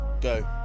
Go